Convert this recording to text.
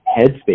headspace